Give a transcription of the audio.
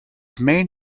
main